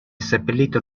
seppellito